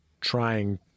trying